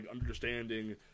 understanding